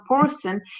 person